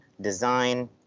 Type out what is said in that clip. design